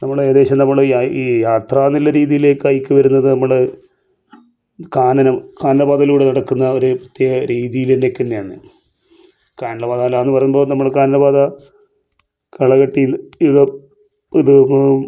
നമ്മള് ഏകദേശം ഈ യാത്രാന്നുള്ള രീതിയിലേക്ക് ഹൈക്കു വരുന്നത് നമ്മള് കാനനം കാനനപാതയിലൂടെ നടക്കുന്ന ആ ഒരു പ്രത്യേക രീതിയിലേക്ക് തന്നെയാണ് കാനന പാത എന്ന് പറയുമ്പോൾ നമ്മള് കാനനപാത കളകെട്ടി ഇത് ഇത് ഒന്ന്